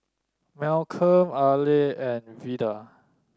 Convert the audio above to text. Malcolm Aleah and Vidal